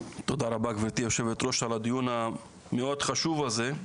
תודה רבה גבירתי יושבת הראש על הדיון המאוד חשוב הזה.